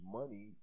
money